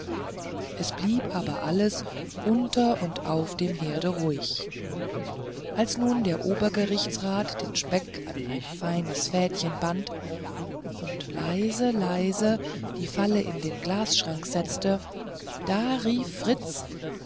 es blieb aber alles unter und auf dem herde ruhig als nun der obergerichtsrat den speck an ein feines fädchen band und leise leise die falle an den glasschrank setzte da rief fritz